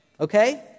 Okay